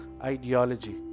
ideology